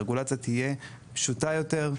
הרגולציה תהיה פשוטה יותר,